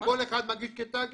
אבל כל אחד מגיש כתאגיד.